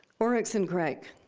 oryx and crake,